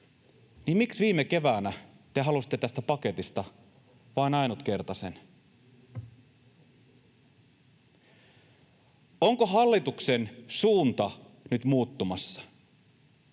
niin miksi viime keväänä te halusitte tästä paketista vain ainutkertaisen? Onko hallituksen suunta nyt muuttumassa?